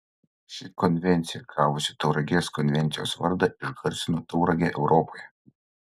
ši konvencija gavusi tauragės konvencijos vardą išgarsino tauragę europoje